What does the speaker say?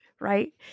right